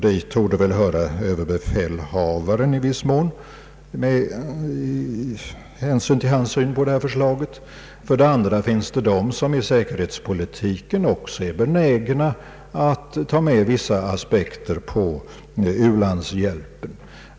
Dit torde väl höra överbefälhavaren med hänsyn till hans syn på detta förslag. För det andra finns det de som i säkerhetspolitiken också är benägna att ta med vissa aspekter på u-landshjälpen.